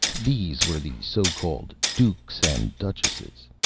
these were the so-called dukes and duchesses.